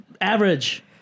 average